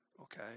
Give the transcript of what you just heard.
okay